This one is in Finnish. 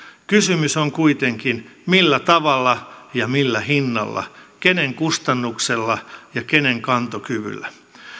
kysymys on kuitenkin millä tavalla ja millä hinnalla kenen kustannuksella ja kenen kantokyvyllä